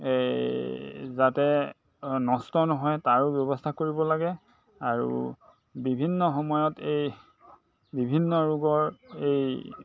এই যাতে নষ্ট নহয় তাৰো ব্যৱস্থা কৰিব লাগে আৰু বিভিন্ন সময়ত এই বিভিন্ন ৰোগৰ এই